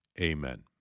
Amen